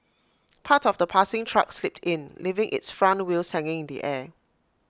part of the passing truck slipped in leaving its front wheels hanging in the air